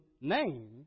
name